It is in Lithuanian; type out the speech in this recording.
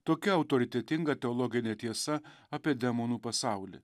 tokia autoritetinga teologinė tiesa apie demonų pasaulį